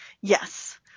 Yes